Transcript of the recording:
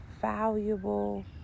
valuable